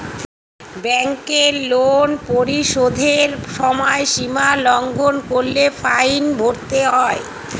ব্যাংকের লোন পরিশোধের সময়সীমা লঙ্ঘন করলে ফাইন ভরতে হয়